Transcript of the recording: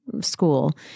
school